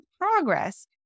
progress